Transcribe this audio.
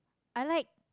i like